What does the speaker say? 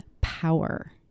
power